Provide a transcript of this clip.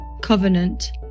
covenant